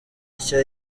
nshya